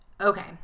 okay